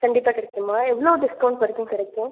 கண்டிப்பாக கிடைக்குமா எவ்வளோ டிஸ்கவுண்ட்ஸ் வரைக்கும் கிடைக்கும்